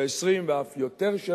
20 שנים ואף יותר.